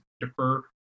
defer